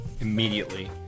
immediately